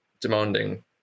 demanding